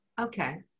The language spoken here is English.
Okay